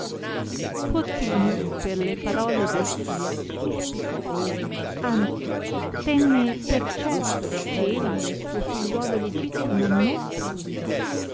fortunio per le parole d alchia suspicò anzi tenne per certo che egli suo figliuolo legittimo non fusse